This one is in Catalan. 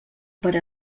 per